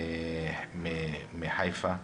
מחיפה,